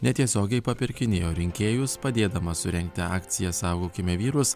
netiesiogiai papirkinėjo rinkėjus padėdamas surengti akciją saugokime vyrus